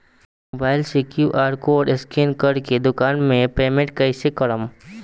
Mobile से QR code scan कर के दुकान मे पेमेंट कईसे करेम?